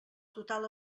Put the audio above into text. total